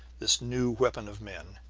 this new weapon of men,